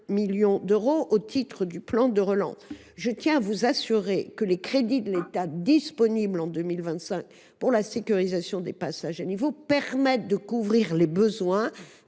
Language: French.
millions d’euros dans le cadre du plan de relance. Je tiens à vous assurer que les crédits de l’État disponibles en 2025 pour la sécurisation des passages à niveau permettent de couvrir les besoins